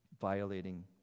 violating